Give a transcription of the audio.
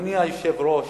אדוני היושב-ראש,